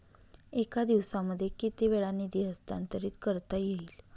एका दिवसामध्ये किती वेळा निधी हस्तांतरीत करता येईल?